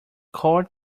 court